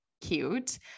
cute